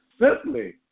simply